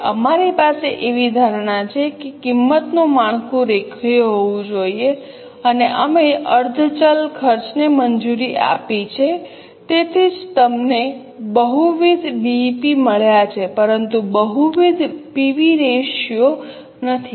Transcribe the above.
તેથી અમારી પાસે એવી ધારણા છે કે કિંમતનું માળખું રેખીય હોવું જોઈએ અને અમે અર્ધ ચલ ખર્ચને મંજૂરી આપી છે તેથી જ તમને બહુવિધ બીઇપી મળ્યાં છે પરંતુ બહુવિધ પીવી રેશિયો નથી